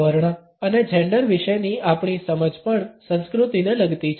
વર્ણ અને જેન્ડર વિશેની આપણી સમજ પણ સંસ્કૃતિને લગતી છે